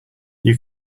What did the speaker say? you